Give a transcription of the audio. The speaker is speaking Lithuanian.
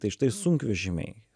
tai štai sunkvežimiai